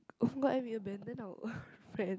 [oh]-my-god then we abandon our own friend